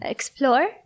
Explore